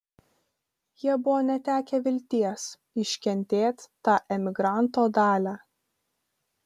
jie buvo netekę vilties iškentėt tą emigranto dalią